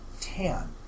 tan